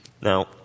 Now